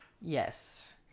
yes